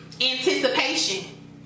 anticipation